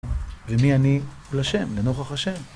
ומי אני מול השם, לנוכח השם.